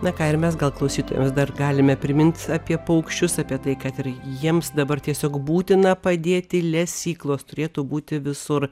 na ką ir mes gal klausytojams dar galime primint apie paukščius apie tai kad ir jiems dabar tiesiog būtina padėti lesyklos turėtų būti visur